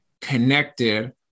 connected